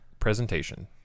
Presentation